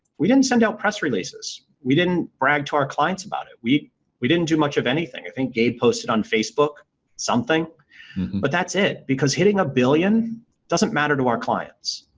we didn't send out press releases. we didn't brag to our clients about it. we we didn't do much of anything. i think gabe posted on facebook something but that's it because hitting a billion doesn't matter to our clients.